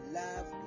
love